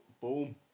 boom